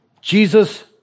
Jesus